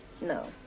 No